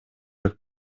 как